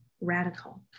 radical